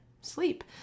sleep